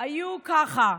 היו ככה: